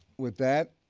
with that,